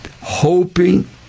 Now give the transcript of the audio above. hoping